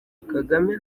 kagame